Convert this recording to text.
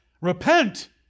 Repent